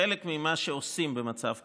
חלק ממה שעושים במצב כזה,